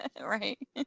Right